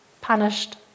punished